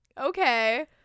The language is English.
okay